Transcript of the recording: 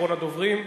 אחרון הדוברים,